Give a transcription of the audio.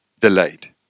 delayed